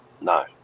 No